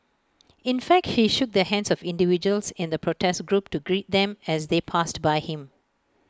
in fact he shook the hands of individuals in the protest group to greet them as they passed by him